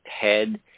head